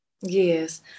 Yes